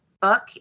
book